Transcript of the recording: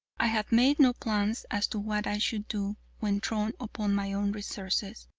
i had made no plans as to what i should do when thrown upon my own resources,